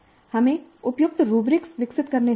हमें उपयुक्त रूब्रिक विकसित करने होंगे